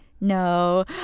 No